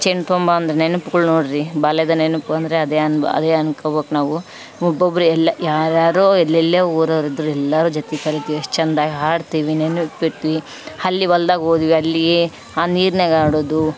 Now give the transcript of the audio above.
ಹುಂಚೆಹಣ್ಣು ತೊಗೊಂಬ ಅಂದ್ರೆ ನೆನಪುಗಳು ನೋಡ್ರಿ ಬಾಲ್ಯದ ನೆನಪು ಅಂದರೆ ಅದೇ ಅನ್ಬ ಅದೇ ಅನ್ಕೋಬೋಕ್ ನಾವು ಒಬ್ಬೊಬ್ಬರೆ ಎಲ್ಲ ಯಾರುಯಾರು ಎಲ್ಲೆಲ್ಲೆ ಊರೋರಿದ್ರೆ ಎಲ್ಲಾರು ಜೊತೆ ಕಳಿತೀವಿ ಅಷ್ಟು ಚಂದಾಗಿ ಆಡ್ತಿವಿ ಅಲ್ಲಿ ಹೊಲ್ದಾಗ್ ಹೋದ್ವಿ ಅಲ್ಲೀ ಆ ನೀರಿನ್ಯಾಗ್ ಆಡೊದು